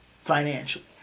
financially